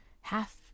half